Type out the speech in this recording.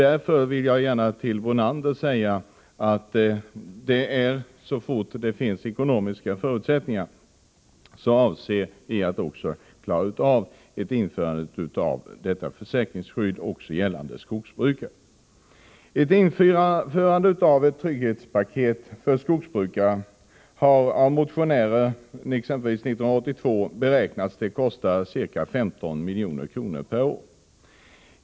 Därför vill jag gärna till Lennart Brunander säga att så fort det finns ekonomiska förutsättningar avser vi att införa ett försäkringsskydd som också gäller skogsbrukare. Ett införande av ett trygghetspaket för skogsbrukare har av motionärer, exempelvis år 1982, beräknats kosta ca 15 milj.kr. per år.